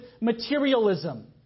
materialism